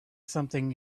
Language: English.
something